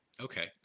Okay